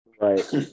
Right